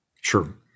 Sure